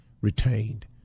retained